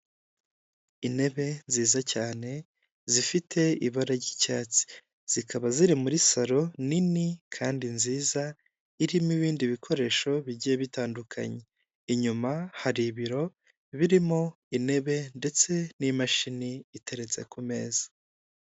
Intebe nziza cyane zifite ibara ry'icyatsi, zikaba ziri muri saro nini kandi nziza, irimo ibindi bikoresho bigiye bitandukanye, inyuma hari ibiro birimo intebe ndetse n'imashini iteretse ku meza.